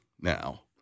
now